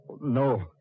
No